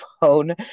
phone